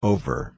Over